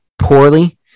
poorly